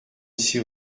six